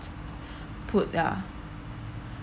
put ah